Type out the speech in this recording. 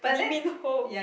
Lee-Min-Ho